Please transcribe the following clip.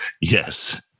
Yes